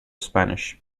spanish